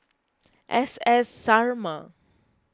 S S Sarma